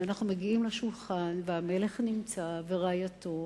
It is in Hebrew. ואנחנו מגיעים לשולחן, המלך נמצא ורעייתו,